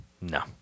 no